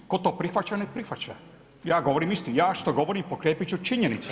Tko to prihvaća, nek prihvaća, ja govorim istinu, ja što govorim pokrijepiti ću činjenicama.